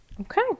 Okay